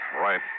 Right